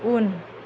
उन